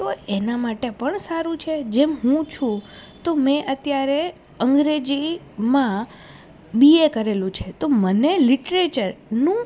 તો એના માટે પણ સારું છે જેમ હું છું તો મેં અત્યારે અંગ્રેજીમાં બીએ કરેલું છે તો મને લિટરેચરનું